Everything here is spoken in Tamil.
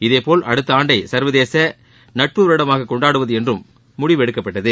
இதேபோல் அடுத்த ஆண்டை சர்வதேச நட்பு வருடமாக கொண்டாடுவது என்றும் முடிவெடுக்கப்பட்டது